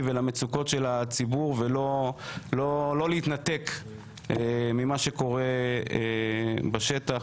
ולמצוקות של הציבור ולא להתנתק ממה שקורה בשטח,